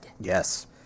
Yes